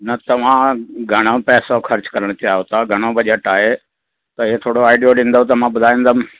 न तव्हां घणो पैसो ख़र्चु करणु चाहियो था घणो बजेट आहे त हे थोरो आइडियो ॾींदव त मां ॿुधाईंदमि